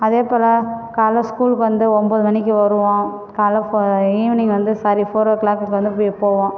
அதேபோல் காலைல ஸ்கூலுக்கு வந்து ஒம்போது மணிக்கு வருவோம் காலைல இப்போ ஈவினிங் வந்து சாரி ஃபோர் ஓ கிளாக்குக்கு வந்து இப்படியே போவோம்